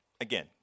again